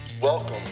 Welcome